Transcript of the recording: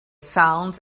sounds